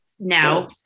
Now